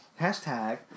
Hashtag